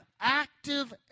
active